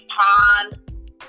pond